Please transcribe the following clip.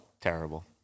Terrible